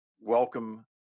welcome